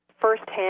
firsthand